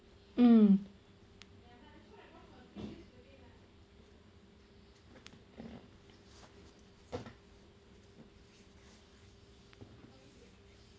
mm